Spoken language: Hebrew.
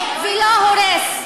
בונה ולא הורס.